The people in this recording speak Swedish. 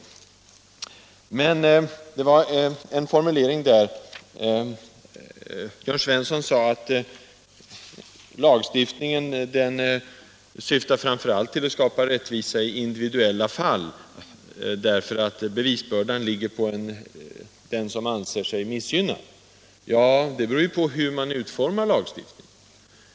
Jörn Svensson sade emellertid att lagstiftningen framför allt syftar till att skapa rättvisa i individuella fall, eftersom bevisbördan åvilar den som anser sig missgynnad. Men det beror på hur man utformar lagen.